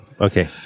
Okay